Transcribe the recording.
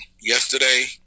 yesterday